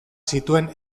zituen